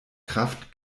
kraft